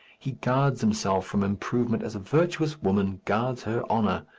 he guards himself from improvement as a virtuous woman guards her honour,